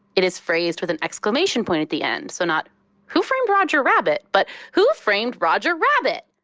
it is phrased with an exclamation point at the end. so not who framed roger rabbit, but who framed roger rabbit!